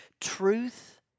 truth